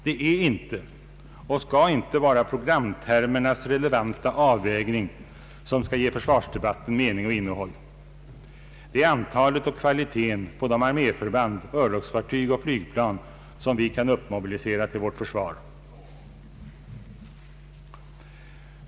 Det är inte och skall inte vara programtermernas relevanta avvägning som skall ge försvarsdebatten mening och innehåll utan antalet och kvaliteten på de arméförband, örlogsfartyg och flygplan som vi kan uppmobilisera till vårt försvar.